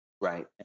Right